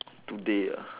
today ah